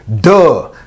Duh